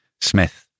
Smith